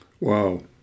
Wow